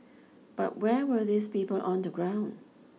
but where were these people on the ground